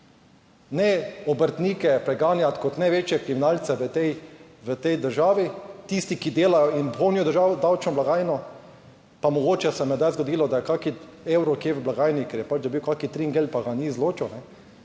Ne obrtnike preganjati kot največje kriminalce v tej, v tej državi, tisti, ki delajo in polnijo državo, davčno blagajno, pa mogoče se je kdaj zgodilo, da je kakšen evro kje v blagajni, ker je pač dobil kakšen tringel, pa ga ni izločil